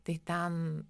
tai ten